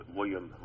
William